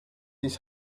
his